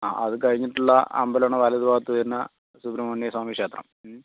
ആ അതു കഴിഞ്ഞിട്ടുള്ള അമ്പലം ആണ് വലതു ഭാഗത്ത് വരുന്ന സുബ്രഹ്മണ്യസ്വാമി ക്ഷേത്രം